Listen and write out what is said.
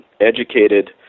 educated